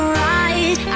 right